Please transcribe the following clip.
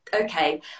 okay